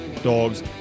dogs